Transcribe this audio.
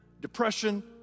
depression